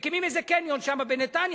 מקימים איזה קניון שם בנתניה,